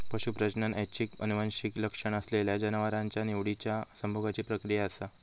पशू प्रजनन ऐच्छिक आनुवंशिक लक्षण असलेल्या जनावरांच्या निवडिच्या संभोगाची प्रक्रिया असा